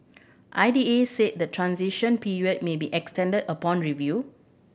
I D A said the transition period may be extended upon review